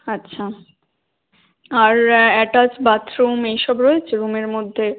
আচ্ছা আর attached bathroom এই সব রয়েছে রুমের মধ্যে